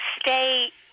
stay